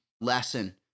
lesson